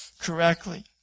correctly